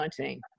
2019